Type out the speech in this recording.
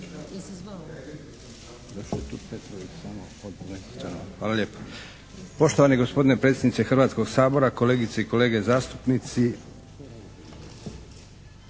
Hvala lijepo. Poštovani predsjedniče Hrvatskoga sabora, kolegice i kolege zastupnici!